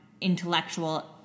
intellectual